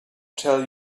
tell